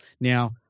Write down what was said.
Now